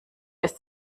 ist